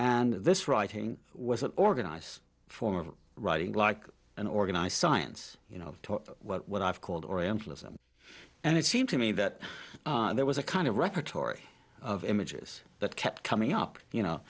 and this writing was an organized form of writing like an organized science you know what i've called orientalism and it seemed to me that there was a kind of repertory of images that kept coming up you know